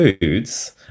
foods